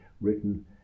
written